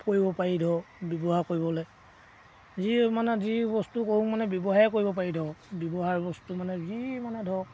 কৰিব পাৰি ধৰক ব্যৱহাৰ কৰিবলৈ যি মানে যি বস্তু কৰোঁ মানে ব্যৱহায়ে কৰিব পাৰি ধৰক ব্যৱহাৰ বস্তু মানে যি মানে ধৰক